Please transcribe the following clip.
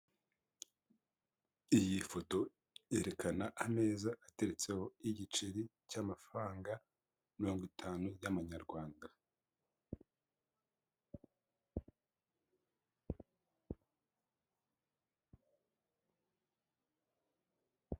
Iyi foto yerekana ameza ateretseho igiceri cy'amafaranga mirongo itanu y'amanyarwanda.